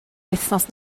wythnos